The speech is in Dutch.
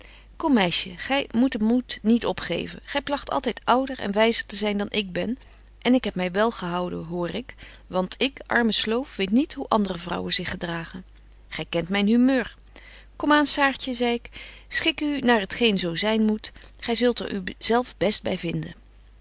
kom meisje gy moet den moed niet opgeven gy plagt altyd ouder en wyzer te zyn dan ik ben en ik heb my wel gehouden hoor ik want ik arme sloof weet niet hoe andere vrouwen zich gedragen gy kent myn humeur kom aan saartje zei ik schik u naar t geen zo zyn moet gy zult er u zelf best